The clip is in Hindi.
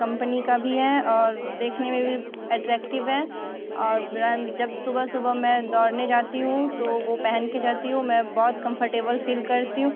कंपनी का भी है और देखने में भी अट्रैकटिव है और ब्रन सुबह सुबह मैं दौड़ने जाती हूँ तो वह पहन के जाती हूँ मैं बहुत कम्फ़र्टेबल फ़ील करती हूँ